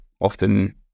often